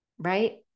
right